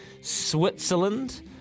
Switzerland